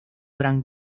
gran